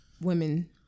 women